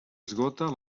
esgota